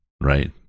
right